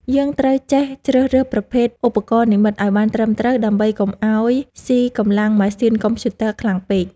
យើងត្រូវចេះជ្រើសរើសប្រភេទឧបករណ៍និម្មិតឱ្យបានត្រឹមត្រូវដើម្បីកុំឱ្យស៊ីកម្លាំងម៉ាស៊ីនកុំព្យូទ័រខ្លាំងពេក។